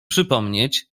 przypomnieć